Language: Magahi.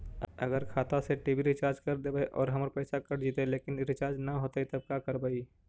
अगर खाता से टी.वी रिचार्ज कर देबै और हमर पैसा कट जितै लेकिन रिचार्ज न होतै तब का करबइ?